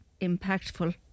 impactful